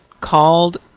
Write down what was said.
called